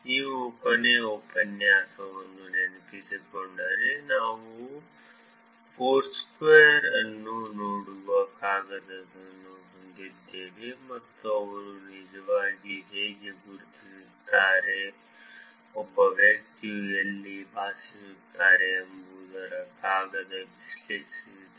ನೀವು ಕೊನೆಯ ಉಪನ್ಯಾಸವನ್ನು ನೆನಪಿಸಿಕೊಂಡರೆ ನಾವು ಫೋರ್ಸ್ಕ್ವೇರ್ ಅನ್ನು ನೋಡುವ ಕಾಗದವನ್ನು ಹೊಂದಿದ್ದೇವೆ ಮತ್ತು ಅವರು ನಿಜವಾಗಿ ಹೇಗೆ ಗುರುತಿಸುತ್ತಾರೆ ಒಬ್ಬ ವ್ಯಕ್ತಿಯು ಎಲ್ಲಿ ವಾಸಿಸುತ್ತಾರೆ ಎಂಬುದನ್ನು ಕಾಗದ ವಿಶ್ಲೇಷಿಸಿದೆ